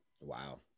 Wow